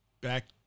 back